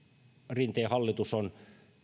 rinteen hallitus on